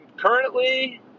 Currently